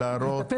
ולהראות